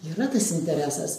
yra tas interesas